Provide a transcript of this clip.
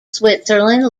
switzerland